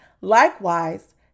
Likewise